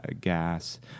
gas